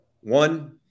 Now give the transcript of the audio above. One